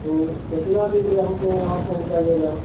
तो कितना दिन में हमको वहाँ हमको पहुँचाइएगा